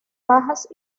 bajas